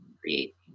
create